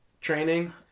training